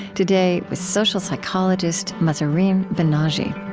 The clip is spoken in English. today, with social psychologist mahzarin banaji